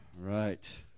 right